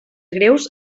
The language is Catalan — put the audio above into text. greus